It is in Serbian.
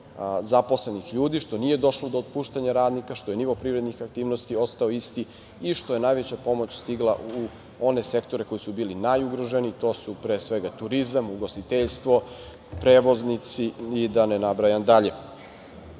zaposlenih ljudi, što nije došlo do otpuštanja radnika, što je nivo privrednih aktivnosti ostao isti i što je najveća pomoć stigla u one sektore koji su bili najugroženiji, a to su pre svega turizam, ugostiteljstvo, prevoznici i da ne nabrajam dalje.Za